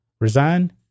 resign